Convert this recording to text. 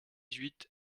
huit